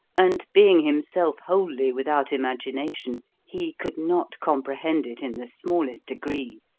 and being himself wholly without imagination, he could not comprehend it in the smallest degree.